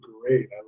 great